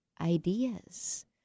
ideas